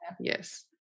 Yes